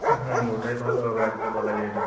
হুম ওটাই ভালো হবে আর কি বলা যায় না